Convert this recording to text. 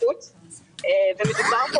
ומדובר פה,